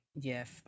Yes